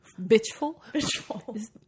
Bitchful